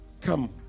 come